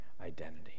identity